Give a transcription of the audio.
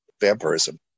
vampirism